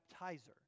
baptizer